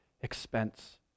expense